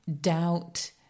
doubt